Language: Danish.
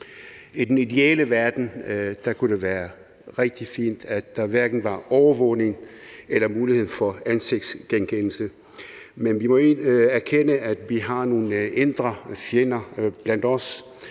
I den ideelle verden kunne det være rigtig fint, at der hverken var overvågning eller mulighed for ansigtsgenkendelse. Men vi må erkende, at vi har nogle indre fjender blandt os,